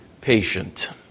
patient